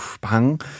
bang